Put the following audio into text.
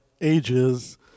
ages